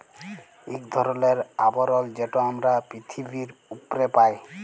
ইক ধরলের আবরল যেট আমরা পিথিবীর উপ্রে পাই